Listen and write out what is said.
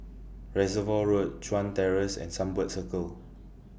Reservoir Road Chuan Terrace and Sunbird Circle